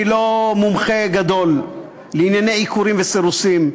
אני לא מומחה גדול לענייני עיקורים וסירוסים,